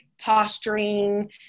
posturing